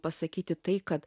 pasakyti tai kad